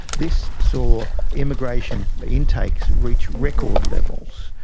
this saw immigration intakes reach record levels,